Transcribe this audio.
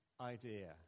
idea